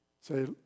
say